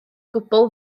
gwbl